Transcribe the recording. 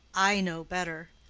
i know better.